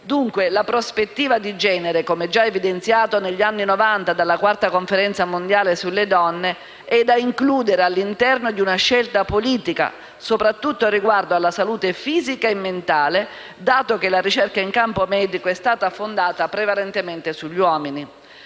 Dunque, la prospettiva di genere, come già evidenziato negli anni '90 dalla IV Conferenza mondiale sulle donne, è da includere all'interno di una scelta politica, soprattutto riguardo alla salute fisica e mentale, dato che la ricerca in campo medico è stata fondata prevalentemente sugli uomini.